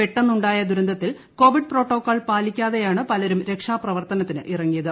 പെട്ടന്നുണ്ടായ ദുരന്തത്തിൽ covid protocol പാലിക്കാതെയാണ് പലരും രക്ഷാപ്രവർത്തനത്തിന് ഇറങ്ങിയത്